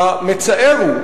המצער הוא,